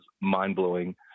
mind-blowing